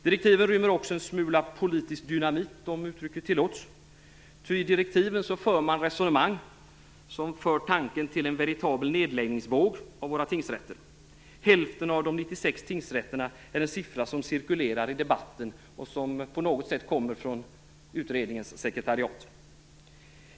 Direktiven rymmer också en smula politisk dynamit, om uttrycket tillåts, ty i direktiven för man resonemang som för tanken till en veritabel våg av nedläggningar av våra tingsrätter. Att detta skulle gälla hälften av de 96 tingsrätterna är en uppgift som cirkulerar i debatten och som på något sätt kommer från utredningens sekretariat.